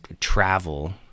travel